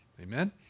Amen